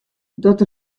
dat